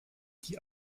die